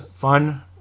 fun